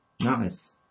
Nice